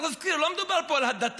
צריך להזכיר: לא מדובר פה על הדתה,